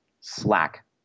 Slack